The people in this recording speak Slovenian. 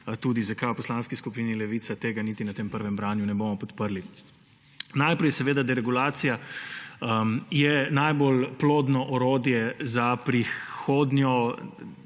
tudi, zakaj v Poslanski skupini Levica tega niti na prvem branju ne bomo podprli. Najprej. Deregulacija je najbolj plodno orodje za prihodnjo,